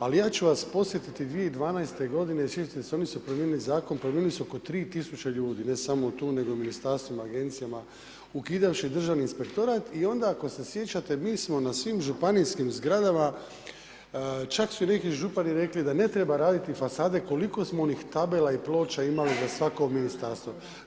Ali ja ću vas podsjetiti 2012. godine … oni su promijenili zakon, promijenili su oko 3 tisuće ljudi ne samo tu, nego u ministarstvima, agencijama ukidavši Državni inspektorat i onda ako se sjećate mi smo na svim županijskim zgradama, čak su i neki župani rekli da ne treba raditi fasade koliko smo onih tabela i ploča imali za svako ministarstvo.